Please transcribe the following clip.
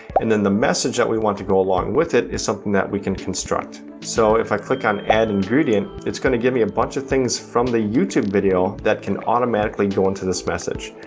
and then the message that we want to go along with it is something that we can construct. so if i click on add ingredient, it's gonna give me a bunch of things from the youtube video that can automatically go into this message.